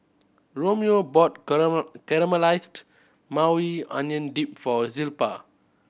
Romeo bought Caramelized Maui Onion Dip for Zilpah